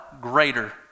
greater